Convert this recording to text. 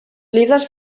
líders